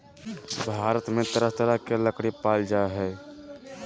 भारत में तरह तरह के लकरी पाल जा हइ